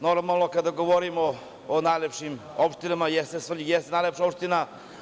Normalno, kada govorimo o najlepšim opštinama, Svrljig jeste najlepša opština.